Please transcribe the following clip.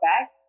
back